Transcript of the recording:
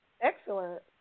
Excellent